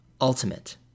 ultimate